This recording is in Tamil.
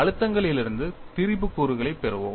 அழுத்தங்களிலிருந்து திரிபு கூறுகளைப் பெறுவோம்